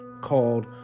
called